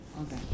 Okay